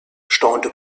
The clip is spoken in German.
staunte